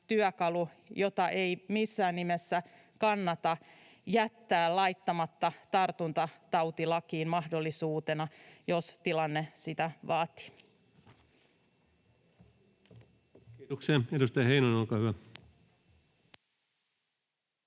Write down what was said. jota ei missään nimessä kannata jättää laittamatta tartuntatautilakiin mahdollisuutena, jos tilanne sitä vaatii. [Speech 3] Speaker: Ensimmäinen varapuhemies